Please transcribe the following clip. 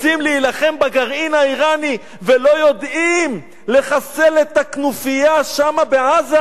רוצים להילחם בגרעין האירני ולא יודעים לחסל את הכנופיה שם בעזה?